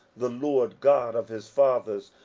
the lord god of his fathers,